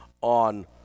on